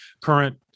current